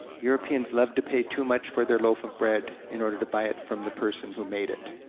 europeans love to pay too much for their loaf of bread in order to buy it from the person who made it.